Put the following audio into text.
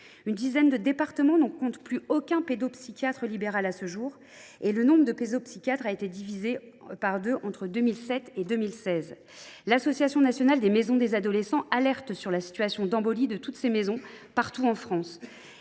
une dizaine de départements ne comptent plus aucun pédopsychiatre libéral à ce jour. Le nombre de pédopsychiatres a été divisé par deux entre 2007 et 2016. L’Association nationale des maisons des adolescents alerte sur la situation d’embolie de toutes ces maisons, partout en France.